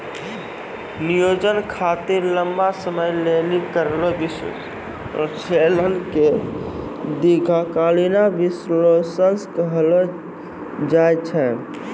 नियोजन खातिर लंबा समय लेली करलो विश्लेषण के दीर्घकालीन विष्लेषण कहलो जाय छै